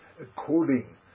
according